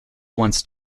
once